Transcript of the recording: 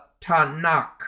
Tanakh